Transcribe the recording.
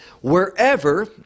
wherever